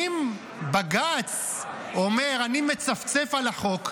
אם בג"ץ אומר: אני מצפצף על החוק,